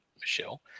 Michelle